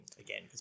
again